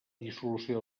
dissolució